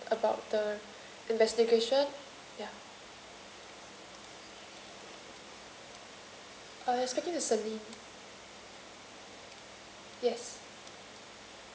about the investigation ya uh you are speaking to celine yes